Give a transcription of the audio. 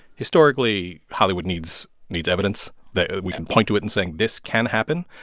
historically, hollywood needs needs evidence that we can point to it and say this can happen.